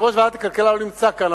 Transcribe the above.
יושב-ראש ועדת הכלכלה לא נמצא כאן,